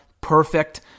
Perfect